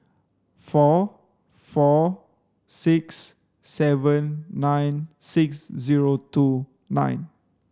four four six seven nine six zero two nine